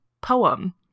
poem